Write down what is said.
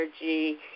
energy